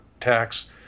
tax